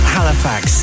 Halifax